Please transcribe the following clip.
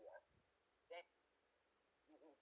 was that